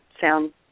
sound